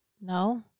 No